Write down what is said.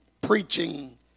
preaching